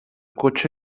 cotxe